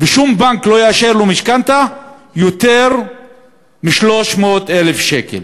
ושום בנק לא יאשר לו משכנתה של יותר מ-300,000 שקל.